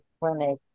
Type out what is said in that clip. clinic